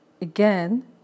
again